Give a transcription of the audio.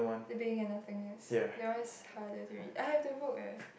the Being of Nothingness that one is harder to read I have the book eh